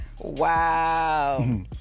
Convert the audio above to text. wow